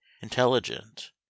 intelligent